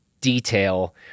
detail